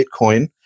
Bitcoin